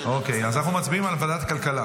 אוקיי, אז אנחנו מצביעים על ועדת הכלכלה.